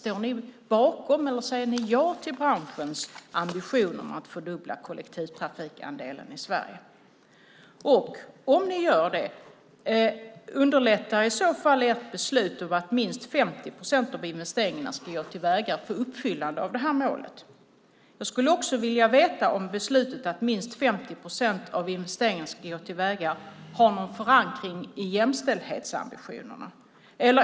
Står ni bakom det? Säger ni ja till branschens ambition att fördubbla kollektivtrafikandelen i Sverige? Om ni gör det, underlättar i så fall ert beslut att minst 50 procent av investeringarna ska gå till vägar uppfyllandet av det målet? Jag skulle också vilja veta om beslutet att minst 50 procent av investeringarna ska gå till vägar har någon förankring i jämställdhetsambitionerna.